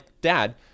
dad